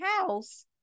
house